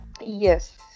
yes